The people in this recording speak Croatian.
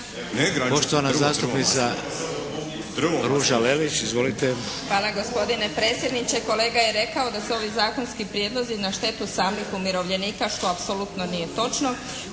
Poštovana zastupnica Ruža Lelić. Izvolite. **Lelić, Ruža (HDZ)** Hvala gospodine predsjedniče. Kolega je rekao da su ovi zakonski prijedlozi na štetu samih umirovljenika što apsolutno nije točno.